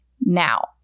Now